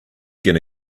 gonna